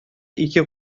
ике